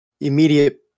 immediate